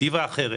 פרספקטיבה אחרת.